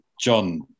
John